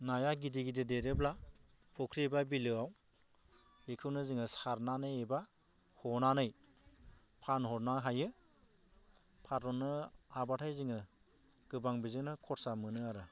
नाया गिदिर गिदिर देरोब्ला फ'ख्रि बा बिलोआव बेखौनो जोङो सारनानै एबा हनानै फानहरनो हायो फानहरनो हाबाथाय जोङो गोबां बेजोंनो खरसा मोनो आरो